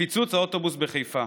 בפיצוץ האוטובוס בחיפה.